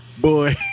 Boy